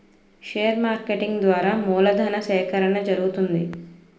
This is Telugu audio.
షేర్ మార్కెటింగ్ ద్వారా మూలధను సేకరణ జరుగుతుంది